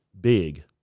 big